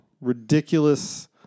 ridiculous